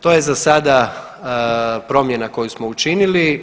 To je za sada promjena koju smo učinili.